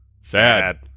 sad